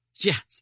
Yes